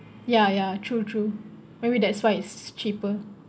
ya ya true true maybe that's why it's cheaper